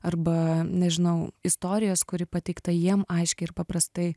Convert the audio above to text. arba nežinau istorijos kuri pateikta jiem aiškiai ir paprastai